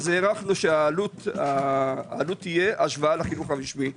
הערכנו שהעלות תהיה השוואה לחינוך הרשמי.